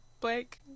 blake